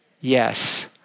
Yes